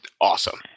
awesome